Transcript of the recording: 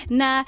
na